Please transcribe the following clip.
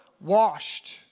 washed